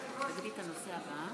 גברתי היושבת-ראש,